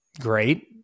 Great